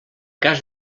cas